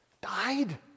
Died